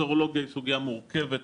סרולוגיה היא סוגיה מורכבת.